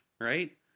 right